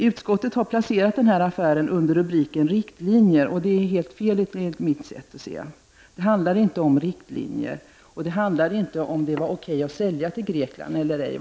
Utskottet har placerat denna affär under rubriken Riktlinjer, vilket enligt mitt sätt att se är helt felaktigt. Det handlar inte om riktlinjer och inte heller om huruvida det var okej att sälja till Grekland.